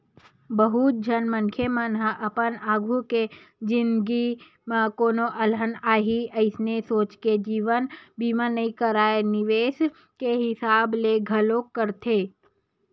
बहुत झन मनखे मन ह अपन आघु के जिनगी म कोनो अलहन आही अइसने सोच के जीवन बीमा नइ कारय निवेस के हिसाब ले घलोक करथे